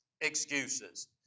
excuses